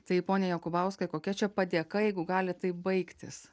tai pone jakubauskai kokia čia padėka jeigu gali taip baigtis